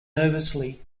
nervously